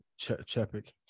Chepik